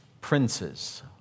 Princes